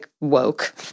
woke